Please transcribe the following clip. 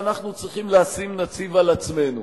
שאנחנו צריכים לשים נציב על עצמנו?